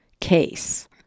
case